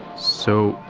so,